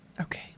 Okay